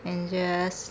and just